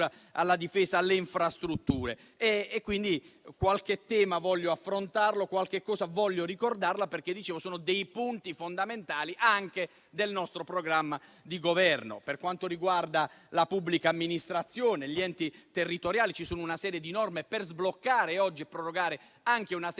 alla difesa, alle infrastrutture. Qualche tema voglio affrontarlo perché, come dicevo, sono dei punti fondamentali anche del nostro programma di governo. Per quanto riguarda la pubblica amministrazione e gli enti territoriali, ci sono una serie di norme per sbloccare oggi e prorogare anche una serie